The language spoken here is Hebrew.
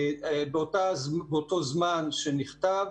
באותו זמן שנכתב,